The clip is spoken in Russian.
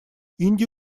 индия